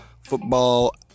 football